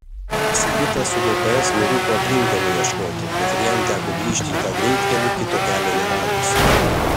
sigitas su gps nurūko aplinkkelio ieškoti bet ir jam teko grįžti į tą greitkelį kito kelio neradus